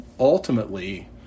ultimately